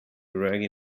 reggae